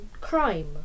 crime